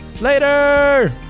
Later